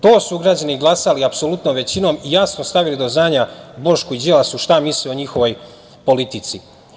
To su građani glasali apsolutnom većinom i jasno stavili do znanja Bošku i Đilasu šta misle o njihovoj politici.